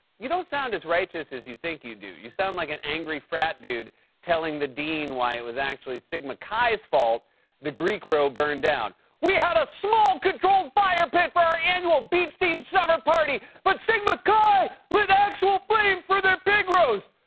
you don't sound as righteous as you think you do. you sound like an angry frat dude telling the dean why it was actually sigma chi's fault the greek row burned down. we had a small, controlled fire pit for our annual beach-themed summer party, but sigma chi lit actual flames for their pig roast!